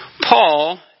Paul